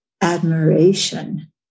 admiration